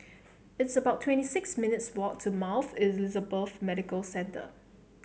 it's about twenty six minutes' walk to Mount Elizabeth Medical Centre